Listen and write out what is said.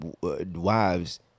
wives